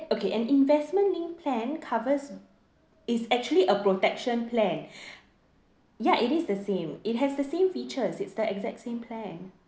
okay an investment linked plan covers is actually a protection plan ya it is the same it has the same features it's the exact same plan